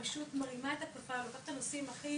פנינה תמנו פשוט מרימה את הכפפה ולוקחת את הנושאים הכי